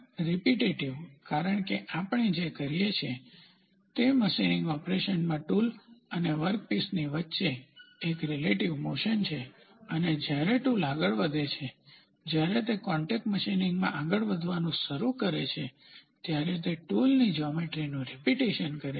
repetitive કારણ કે આપણે જે કરીએ છીએ તે મશીનિંગ ઓપરેશનમાં ટૂલ અને વર્કપીસની વચ્ચે એક રીલેટીવ મોશન છે અને જ્યારે ટુલ આગળ વધે છે જ્યારે તે કોન્ટેક્ટ મશીનિંગમાં આગળ વધવાનું શરૂ કરે છે ત્યારે તે ટૂલની જ્યોમેટ્રીનું રીપીટેશન કરે છે